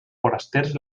forasters